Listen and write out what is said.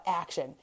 action